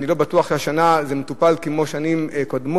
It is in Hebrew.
אני לא בטוח שהשנה הוא מטופל כמו בשנים קודמות.